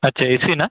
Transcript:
अच्छा A C ना